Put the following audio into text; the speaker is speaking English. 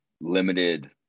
limited